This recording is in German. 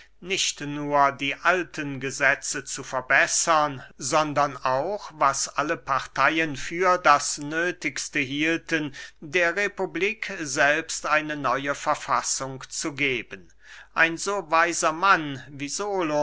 nicht nur die alten gesetze zu verbessern sondern auch was alle parteyen für das nöthigste hielten der republik selbst eine neue verfassung zu geben ein so weiser mann wie